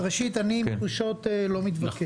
ראשית, אני עם תחושות לא מתווכח.